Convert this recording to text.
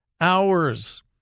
hours